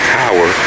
power